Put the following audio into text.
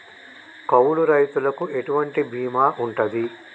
కౌలు రైతులకు ఎటువంటి బీమా ఉంటది?